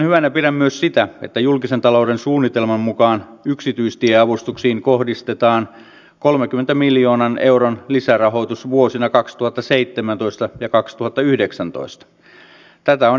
tämä tapahtui myös sen jälkeen kun olimme kuulleet valtiovarainministeri stubbin anteeksipyynnön ja totesin tässä tiedotustilaisuudessa että arvostamme sitä korkealle mutta kannamme syvää huolta lainvalmistelun tasosta ja myös siitä hallintokulttuurista jota tämä istuva hallitus on edustanut